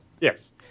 Yes